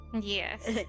Yes